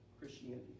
Christianity